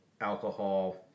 alcohol